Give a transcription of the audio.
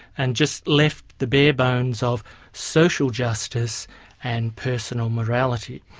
and just left the barebones of social justice and personal morality.